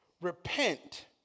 repent